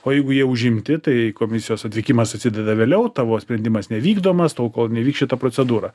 o jeigu jie užimti tai komisijos atvykimas atsideda vėliau tavo sprendimas nevykdomas tol kol neįvyks šita procedūra